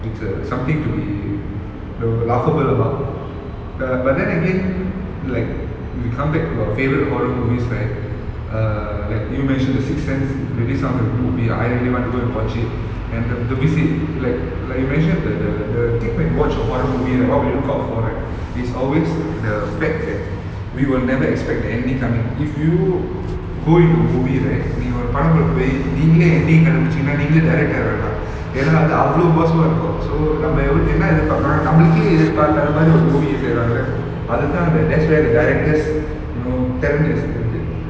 it's err something to be know laughable about err but then again like if we come back to our favourite horror movies right err like you mentioned the sixth sense really sounds like a good movie I really want to go and watch it and th~ the visit like like you mention the the the thing when you watch horror movie right what will you look out for right is always the fact that we will never expect the ending coming if you go into movie right நீ ஒரு படத்துக்கு போய் நீங்களே ending கண்டு புடிச்சிடீங்கன்னா நீங்களே director ஆகிரலாம் ஏனா அது அவ்ளோ:nee oru padathuku poi neengale ending kandu pudichiteengana neengale director agiralam yena adhu avlo possible அ இருக்கும்:a irukum so நம்ம என்ன எதிர்பார்ப்போம் னா நம்மளுக்கே எதிர்பார்க்காத மாதிரி ஒரு:namma enna ethirpaarpom na namaluke ethirparkatha mathiri oru movie செய்றாங்கல:seiraangala that's where the directors you know திறமைனு சொல்றது:thiramainu solrathu